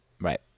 Right